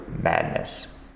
madness